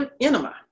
enema